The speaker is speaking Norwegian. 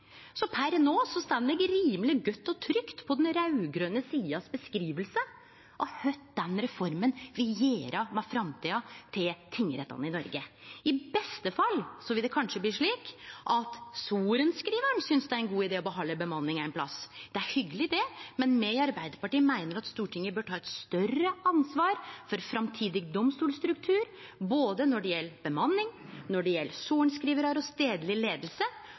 Så per no står eg rimeleg godt og trygt på den raud-grøne sida si beskriving av kva den reforma vil gjere med framtida til tingrettane i Noreg. I beste fall vil det kanskje bli slik at sorenskrivaren synest det er ein god idé å behalde bemanning ein plass. Det er hyggjeleg, det, men me i Arbeidarpartiet meiner Stortinget bør ta eit større ansvar for framtidig domstolstruktur når det gjeld både bemanning, sorenskrivarar og stadleg leiing, og